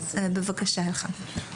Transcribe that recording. בבקשה, אלחנן.